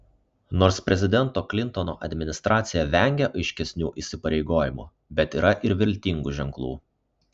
nors prezidento klintono administracija vengia aiškesnių įsipareigojimų bet yra ir viltingų ženklų